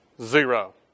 Zero